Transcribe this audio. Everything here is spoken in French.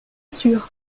sûr